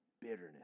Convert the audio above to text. bitterness